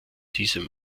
diesem